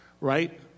right